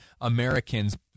Americans